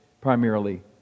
primarily